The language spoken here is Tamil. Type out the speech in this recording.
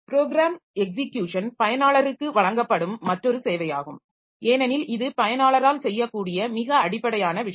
ப்ரோக்ராம் எக்ஸிக்யூஷன் பயனாளருக்கு வழங்கப்படும் மற்றொரு சேவையாகும் ஏனெனில் இது பயனாளரால் செய்யக்கூடிய மிக அடிப்படையான விஷயம்